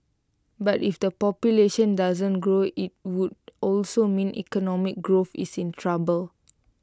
but if the population doesn't grow IT would also mean economic growth is in trouble